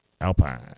alpine